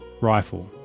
rifle